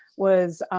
was